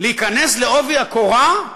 להיכנס בעובי הקורה,